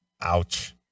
ouch